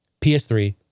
PS3